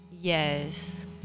Yes